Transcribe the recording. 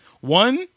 one